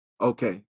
Okay